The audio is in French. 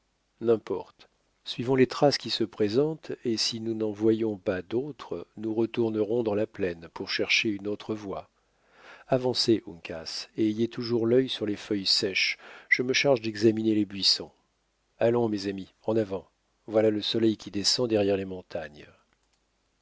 n'importe suivons les traces qui se présentent et si nous n'en voyons pas d'autres nous retournerons dans la plaine pour chercher une autre voie avancez uncas et ayez toujours l'œil sur les feuilles sèches je me charge d'examiner les buissons allons mes amis en avant voilà le soleil qui descend derrière les montagnes